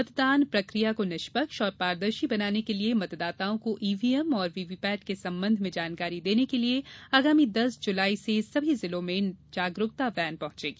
मतदान प्रक्रिया को निष्पक्ष और पारदर्शी बनाने के लिये मतदाताओं को ईवीएम और वीवीपैट के संबंध में जानकारी देने के लिये आगामी दस जुलाई से समी जिलों में जागरूकता वैन पहुंचेगी